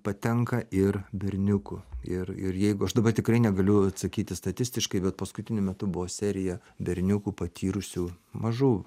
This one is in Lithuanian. patenka ir berniukų ir ir jeigu aš dabar tikrai negaliu atsakyti statistiškai bet paskutiniu metu buvo serija berniukų patyrusių mažų